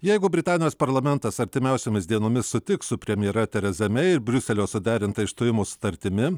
jeigu britanijos parlamentas artimiausiomis dienomis sutiks su premjere tereza mei ir briuselio suderinta išstojimo sutartimi